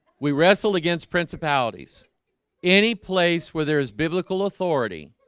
we wrestle against principalities any place where there is biblical authority?